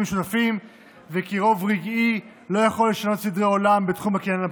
משותפים וכי רוב רגעי לא יכול לשנות סדרי עולם בתחום הקניין הפרטי.